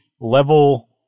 level